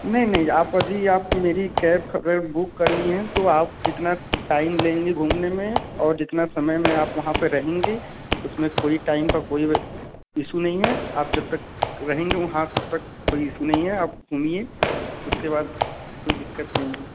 नहीं नहीं आप अभी आप मेरी कैब अगर बुक कर ली हैं तो आप जितना टाइम लेंगी घूमने में और जितना समय में आप वहाँ पर रहेंगी उसमें कोई टाइम का कोई इसु नहीं है आप जब तक रहेंगे वहाँ पर तब तक कोई इसु नहीं है आप जब तक घूमिए उसके बाद कोई दिक़्क़त नहीं है